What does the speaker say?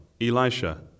Elisha